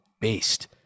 based